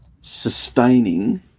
sustaining